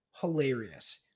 hilarious